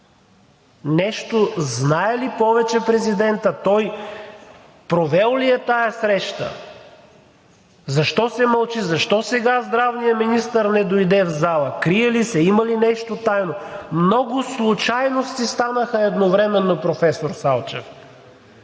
Нещо повече знае ли президентът? Той провел ли е тази среща? Защо се мълчи? Защо сега здравният министър не дойде в залата? Крие ли се? Има ли нещо тайно? Много случайности станаха едновременно, професор Салчев.